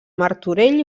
martorell